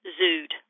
Zood